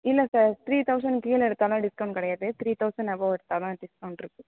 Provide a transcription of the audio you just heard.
இல்லை sir three தௌசன்னுக்கு கீழே எடுத்தாலாம் டிஸ்கவுண்ட் கெடையாது த்ரீ தௌசன் அபோவ் எடுத்தால் தான் டிஸ்கவுண்ட் இருக்குது